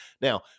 Now